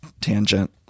tangent